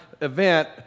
event